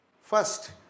First